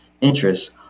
interest